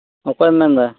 ᱚᱠᱚᱭᱮᱢ ᱢᱮᱱ ᱮᱫᱟ